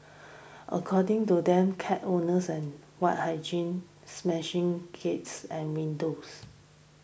according to them cat owners and white hygiene meshing gates and windows